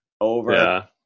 Over